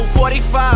45